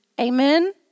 Amen